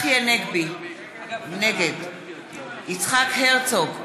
נגד יצחק הרצוג,